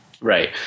Right